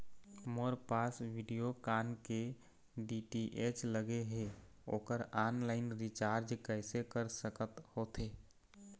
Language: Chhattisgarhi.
मोर पास वीडियोकॉन के डी.टी.एच लगे हे, ओकर ऑनलाइन रिचार्ज कैसे कर सकत होथे?